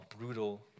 brutal